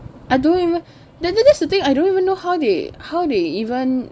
I don't even ya that's the thing I don't even know how they how they even